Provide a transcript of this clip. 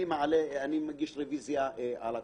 אני מגיש רביזיה על הכול.